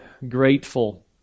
grateful